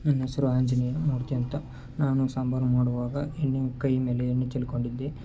ನನ್ನ ಹೆಸ್ರು ಆಂಜನೇಯ ಮೂರ್ತಿ ಅಂತ ನಾನು ಸಾಂಬಾರು ಮಾಡುವಾಗ ಎಣ್ಣೆ ಕೈಮೇಲೆ ಎಣ್ಣೆ ಚೆಲ್ಕೊಂಡಿದ್ದೆ